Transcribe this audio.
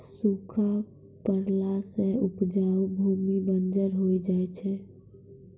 सूखा पड़ला सें उपजाऊ भूमि बंजर होय जाय छै